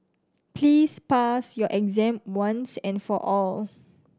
please pass your exam once and for all